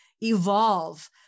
evolve